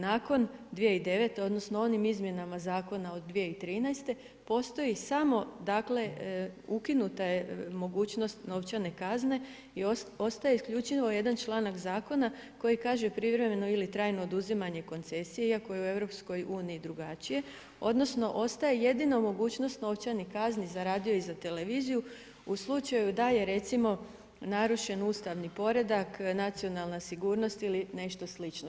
Nakon 2009. odnosno onim izmjenama Zakona od 2013. postoji samo, dakle ukinuta je mogućnost novčane kazne i ostaje isključivo jedan članak zakona koji kaže privremeno ili trajno oduzimanje koncesije, iako je u EU drugačije, odnosno ostaje jedino mogućnost novčanih kazni za radio i za televiziju u slučaju da je recimo narušen ustavni poredak, nacionalna sigurnost ili nešto slično.